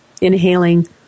inhaling